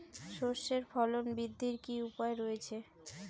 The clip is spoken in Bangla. সর্ষের ফলন বৃদ্ধির কি উপায় রয়েছে?